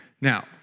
Now